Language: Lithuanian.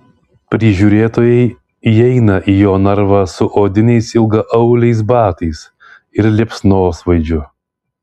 prižiūrėtojai įeina į jo narvą su odiniais ilgaauliais batais ir liepsnosvaidžiu